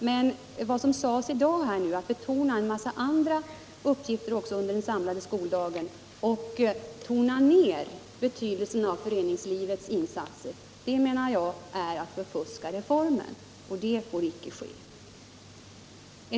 Det hon gjorde i dag — när hon betonade en mängd andra uppgifter under den samlade skoldagen och tonade ned betydelsen av föreningslivets insatser — är, menar jag, att förfuska reformen. Det får inte ske.